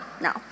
No